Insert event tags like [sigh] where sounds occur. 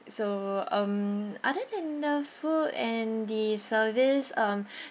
so um other than the food and the service um [breath]